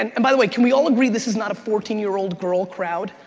and and by the way, can we all agree this is not a fourteen year old girl crowd,